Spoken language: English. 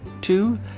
two